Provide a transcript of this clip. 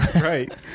Right